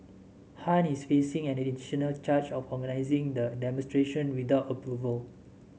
Han is facing an additional charge of organising the demonstration without approval